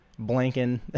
blanking